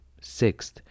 sixth